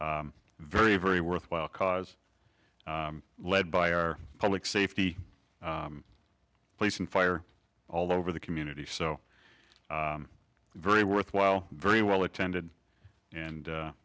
very very worthwhile cause led by our public safety police and fire all over the community so very worthwhile very well attended and